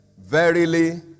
verily